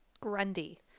Grundy